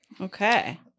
Okay